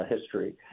history